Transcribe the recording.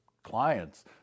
clients